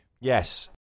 Yes